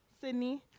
Sydney